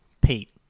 Pete